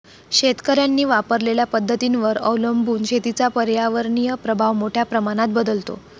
शेतकऱ्यांनी वापरलेल्या पद्धतींवर अवलंबून शेतीचा पर्यावरणीय प्रभाव मोठ्या प्रमाणात बदलतो